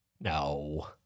No